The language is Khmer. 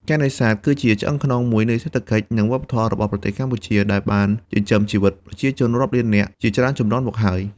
ការនេសាទគឺជាឆ្អឹងខ្នងមួយនៃសេដ្ឋកិច្ច និងវប្បធម៌របស់ប្រទេសកម្ពុជា ដែលបានចិញ្ចឹមជីវិតប្រជាជនរាប់លាននាក់ជាច្រើនជំនាន់មកហើយ។